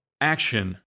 Action